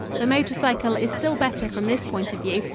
the motor cycle is still better from this point of view,